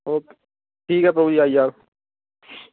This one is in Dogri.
ओके ठीक ऐ प्रोग्राम होई जाह्ग